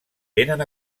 vénen